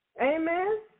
Amen